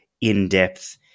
in-depth